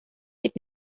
geht